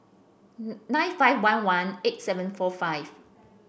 nine five one one eight seven four five